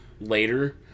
later